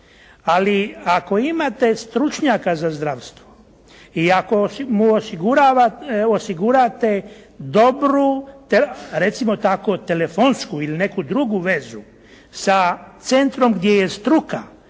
Ali ako imate stručnjaka za zdravstvo i ako mu osigurate dobru, recimo tako telefonsku ili neku drugu vezu sa centrom gdje je struka,